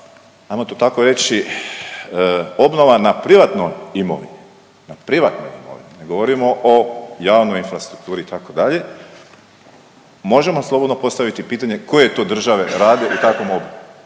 ajmo to tako reći, obnova na privatnoj imovini, na privatnoj imovini, ne govorimo o javnoj infrastrukturi, itd., možemo slobodno postaviti pitanje koje to države rade i kako mogu.